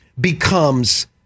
becomes